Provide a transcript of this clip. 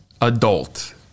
adult